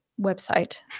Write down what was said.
website